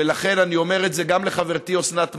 ולכן אני אומר את זה גם לחברתי אוסנת מארק,